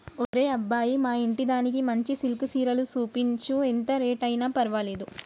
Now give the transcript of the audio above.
ఒరే అబ్బాయి మా ఇంటిదానికి మంచి సిల్కె సీరలు సూపించు, ఎంత రేట్ అయిన పర్వాలేదు